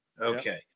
Okay